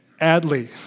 Adley